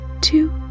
two